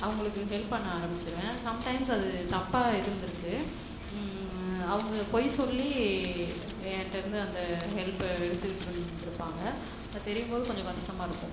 அவங்களுக்கு ஹெல்ப் பண்ண ஆரமிச்சுருவேன் சம்டைம்ஸ் அது தப்பாக இருந்துருக்குது அவங்க பொய் சொல்லி என்கிட்டேருந்து அந்த ஹெல்ப்பை எடுத்துகிட்டு இருந்துருப்பாங்க தெரியும் போது கொஞ்சம் கஷ்டமாக இருக்கும்